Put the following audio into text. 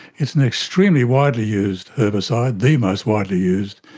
it's an extremely widely used herbicide, the most widely used,